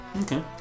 Okay